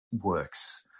works